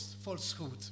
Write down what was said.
falsehood